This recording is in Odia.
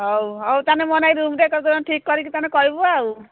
ହଉ ହଉ ତୁମେ ମୋ ନାଇ ରୁମ୍ଟେ କରି ଠିକ୍ କରି କି ତୁମେ କହିବୁ ଆଉ